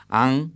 ang